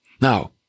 Now